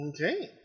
Okay